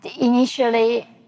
initially